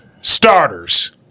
starters